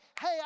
hey